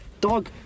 Dog